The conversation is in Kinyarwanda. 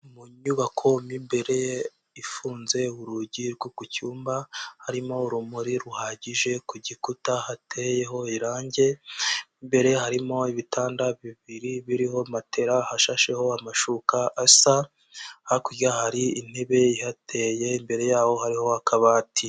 Mu nyubako mo imbere ifunze urugi rwo ku cyumba, harimo urumuri ruhagije, ku gikuta hateyeho irangi, imbere harimo ibitanda bibiri biriho matera hashasheho amashuka asa, hakurya hari intebe ihateye, imbere yaho hariho akabati.